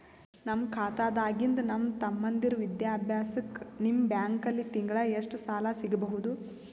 ನನ್ನ ಖಾತಾದಾಗಿಂದ ನನ್ನ ತಮ್ಮಂದಿರ ವಿದ್ಯಾಭ್ಯಾಸಕ್ಕ ನಿಮ್ಮ ಬ್ಯಾಂಕಲ್ಲಿ ತಿಂಗಳ ಎಷ್ಟು ಸಾಲ ಸಿಗಬಹುದು?